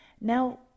Now